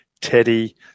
Teddy